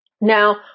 Now